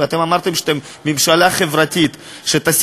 ואתם אמרתם שאתם ממשלה חברתית שתשים